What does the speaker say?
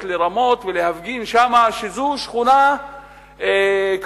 לרמות ולהפגין שם שזו שכונה כבושה,